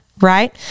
right